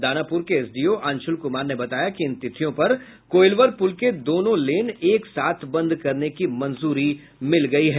दानाप्र के एसडीओ अंशुल कुमार ने बताया कि इन तिथियों पर कोइलवर पुल के दोनों लेन एक साथ बंद करने की मंजूरी मिल गयी है